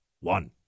one